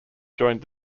joined